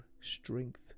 strength